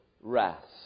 rest